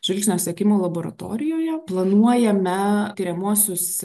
žvilgsnio sekimo laboratorijoje planuojame tiriamuosius